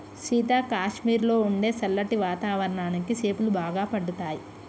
సీత కాశ్మీరులో ఉండే సల్లటి వాతావరణానికి సేపులు బాగా పండుతాయి